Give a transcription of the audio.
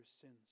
sins